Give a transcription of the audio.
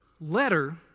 letter